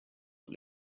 het